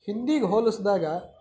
ಹಿಂದಿಗೆ ಹೋಲಿಸ್ದಾಗ